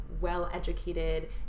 well-educated